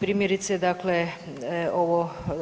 Primjerice dakle